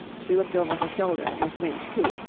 she looked over her shoulder at miss winch, who,